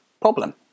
problem